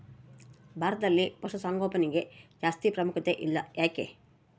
ಭಾರತದಲ್ಲಿ ಪಶುಸಾಂಗೋಪನೆಗೆ ಜಾಸ್ತಿ ಪ್ರಾಮುಖ್ಯತೆ ಇಲ್ಲ ಯಾಕೆ?